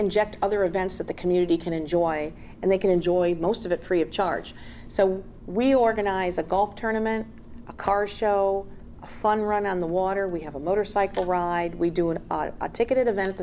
inject other events that the community can enjoy and they can enjoy most of it pre of charge so we organize a golf tournament a car show a fun run on the water we have a motorcycle ride we do it a ticketed event